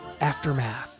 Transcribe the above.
aftermath